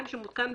משפט.